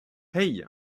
hey